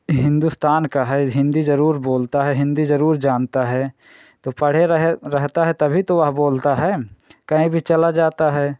हिंदुस्तान का है ज हिन्दी ज़रूर बोलता है हिन्दी ज़रूर जानता है तो पढ़े रहे रहता है तभी तो वह बोलता है कहीं भी चला जाता है